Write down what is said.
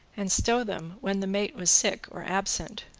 and stow them when the mate was sick or absent.